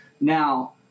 Now